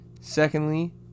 secondly